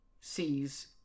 sees